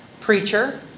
preacher